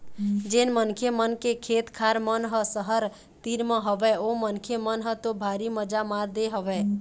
जेन मनखे मन के खेत खार मन ह सहर तीर म हवय ओ मनखे मन ह तो भारी मजा मार दे हवय